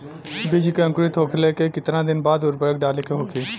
बिज के अंकुरित होखेला के कितना दिन बाद उर्वरक डाले के होखि?